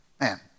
Man